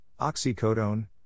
oxycodone